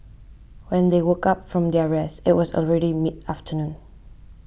when they woke up from their rest it was already mid afternoon